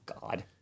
God